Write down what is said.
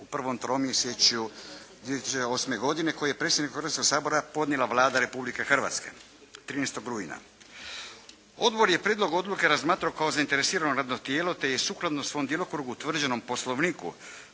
u prvom tromjesečju 2008. koji je predsjedniku Hrvatskoga sabora podnijela Vlada Republike Hrvatske 13. rujna. Odbor je prijedlog odluke razmatrao kao zainteresirano radno tijelo te je sukladno svom djelokrugu utvrđenom po Poslovniku